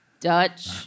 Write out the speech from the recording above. Dutch